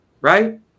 right